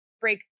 break